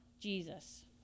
Jesus